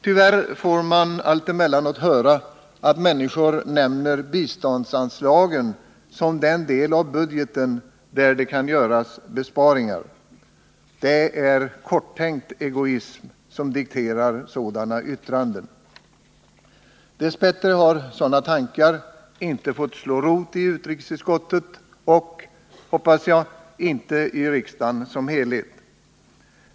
Tyvärr får man allt emellanåt höra att människor nämner biståndsanslagen som den del av budgeten där det kan göras besparingar. Det är korttänkt egoism som dikterar sådana yttranden. Dess bättre har sådana tankar inte fått slå rot i utrikesutskottet eller — hoppas jag — i riksdagen som helhet.